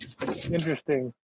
Interesting